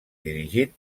dirigit